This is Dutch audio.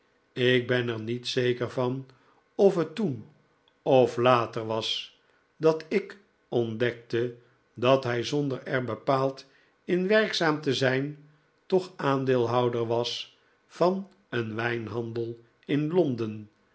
ik ben er niet zeker van of het toen of later was dat ik ontdekte dat hij zonder er bepaald in werkzaam te zijn toch aandeelhouder was van een wijnhandel in londen